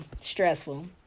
Stressful